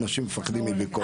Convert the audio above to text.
אנשים מפחדים מביקורת.